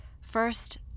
First